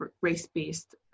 race-based